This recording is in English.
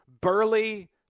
burly